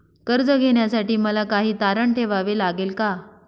कर्ज घेण्यासाठी मला काही तारण ठेवावे लागेल का?